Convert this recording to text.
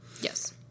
Yes